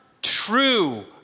True